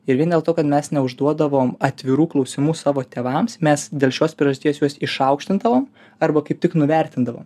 ir vien dėl to kad mes neužduodavom atvirų klausimų savo tėvams mes dėl šios priežasties juos išaukštindavom arba kaip tik nuvertindavom